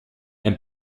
and